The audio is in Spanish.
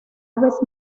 aves